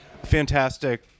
Fantastic